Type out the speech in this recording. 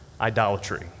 idolatry